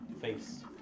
face